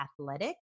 Athletic